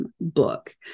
book